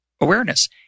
awareness